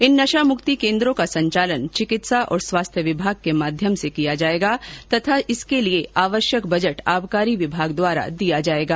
इन नशा मुक्ति केन्द्रों का संचालन चिकित्सा एवं स्वास्थ्य विभाग के माध्यम से किया जायेगा तथा जिसके लिए आवश्यक बजट आबकारी विभाग द्वारा दिया जायेगा